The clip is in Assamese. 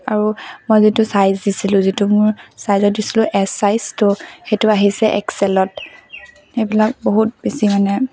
আৰু মই যিটো ছাইজ দিছিলো যিটো মোৰ ছইজত দিছিলো এছ ছাইজটো সেইটো আহিছে এক্স এলত সেইবিলাক বহুত বেছি মানে